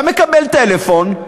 אתה מקבל טלפון,